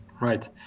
right